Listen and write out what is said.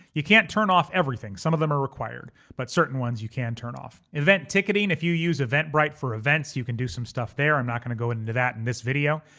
you can't turn off everything, some of them are required but certain ones you can turn off. event ticketing. if you use eventbrite for events, you can do some stuff there. i'm not gonna go into that in this video.